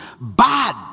Bad